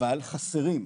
אבל חסרים,